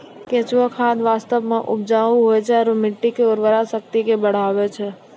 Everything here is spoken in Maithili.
केंचुआ खाद वास्तव मे उपजाऊ हुवै छै आरू मट्टी के उर्वरा शक्ति के बढ़बै छै